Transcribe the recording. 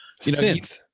synth